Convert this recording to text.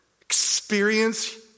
experience